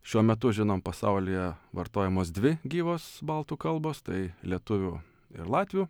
šiuo metu žinom pasaulyje vartojamos dvi gyvos baltų kalbos tai lietuvių ir latvių